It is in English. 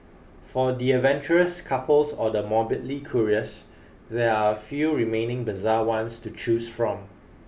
for the adventurous couples or the morbidly curious there are a few remaining bizarre ones to choose from